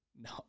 No